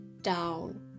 down